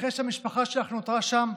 אחרי שהמשפחה שלך נותרה שם,